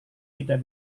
tidak